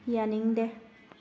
ꯌꯥꯅꯤꯡꯗꯦ